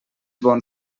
bon